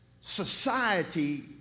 society